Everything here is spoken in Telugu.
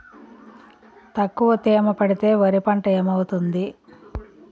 తక్కువ తేమ పెడితే వరి పంట ఏమవుతుంది